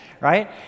right